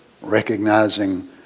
recognizing